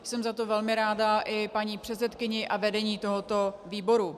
Jsem za to velmi ráda i paní předsedkyni a vedení tohoto výboru.